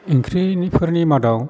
ओंख्रिफोरनि मादाव